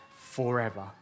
forever